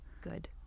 Good